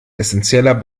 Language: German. essenzieller